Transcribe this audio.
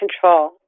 control